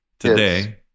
Today